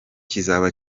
kizaba